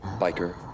biker